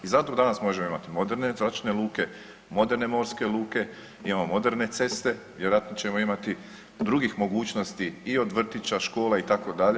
I zato danas možemo imati moderne zračne luke, moderne morske luke, imamo moderne ceste vjerojatno ćemo imati drugih mogućnosti i od vrtića, škola itd.